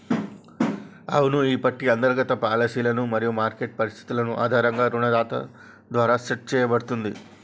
అవును ఈ పట్టి అంతర్గత పాలసీలు మరియు మార్కెట్ పరిస్థితులు ఆధారంగా రుణదాత ద్వారా సెట్ సేయబడుతుంది